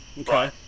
Okay